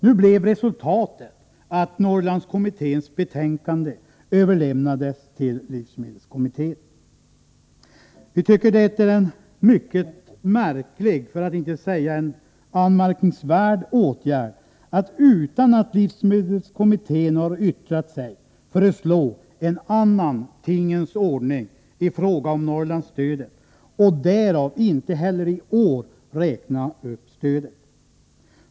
Nu blev resultatet att Norrlandskommitténs betänkande överlämnades till livsmedelskommittén. Vi tycker att det är en mycket märklig, för att inte säga anmärkningsvärd, åtgärd att utan att livsmedelskommittén har yttrat sig föreslå en annan tingens ordning i fråga om Norrlandsstödet och därmed inte heller i år räkna upp stödet.